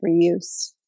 reuse